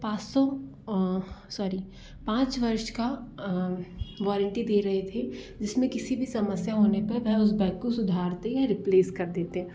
पाँच सौ सॉरी पाँच वर्ष की वॉरन्टी दे रहे थे जिस में किसी भी समस्या होने पर वे उस बैग को सुधारते या रिप्लेस कर देते